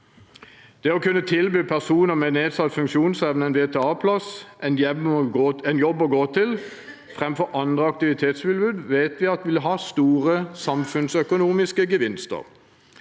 Det å kunne tilby personer med nedsatt funksjonsevne en VTA-plass, en jobb å gå til framfor andre aktivitetstilbud, vet vi vil ha store samfunnsøkonomiske gevinster.